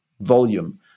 volume